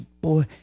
boy